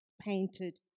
painted